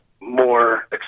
more